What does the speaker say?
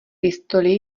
pistoli